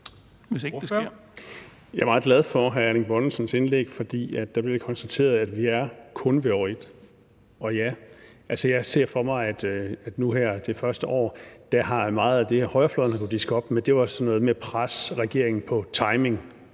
Jeg er meget glad for hr. Erling Bonnesens indlæg, for der blev det konstateret, at vi kun er i år et. Og her det første år har meget af det, højrefløjen har kunnet diske op med, været sådan noget med at presse regeringen på timing